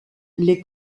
les